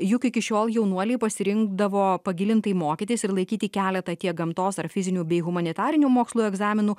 juk iki šiol jaunuoliai pasirinkdavo pagilintai mokytis ir laikyti keletą tiek gamtos ar fizinių bei humanitarinių mokslų egzaminų